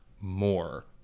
more